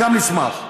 גם נשמח.